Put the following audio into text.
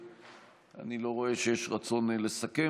אני לא רואה שיש רצון לסכם,